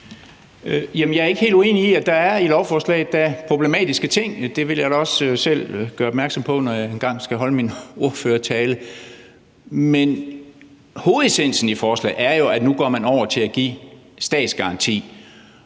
Jeg er ikke helt uenig i, at der er problematiske ting i lovforslaget. Det vil jeg da også selv gøre opmærksom på, når jeg engang skal holde min ordførertale. Men essensen i forslaget er jo, at man går over til at give statsgaranti